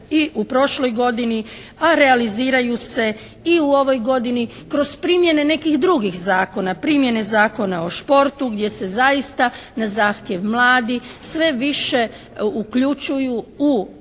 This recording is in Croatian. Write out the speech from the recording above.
i u prošloj godini, a realiziraju se i u ovoj godini kroz primjene nekih drugih zakona. Primjene Zakona o športu gdje se zaista na zahtjev mladih sve više uključuju u i daje